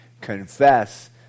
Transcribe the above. confess